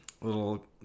little